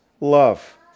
love